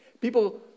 People